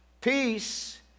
peace